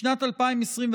בשנת 2021,